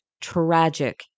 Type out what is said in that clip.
tragic